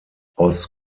aus